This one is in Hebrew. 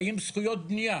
באים זכויות בנייה.